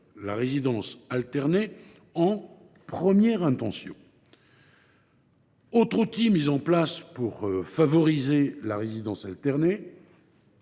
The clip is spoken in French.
la résidence alternée en première intention. Autre outil mis en place pour favoriser la résidence alternée